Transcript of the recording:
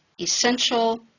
essential